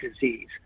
disease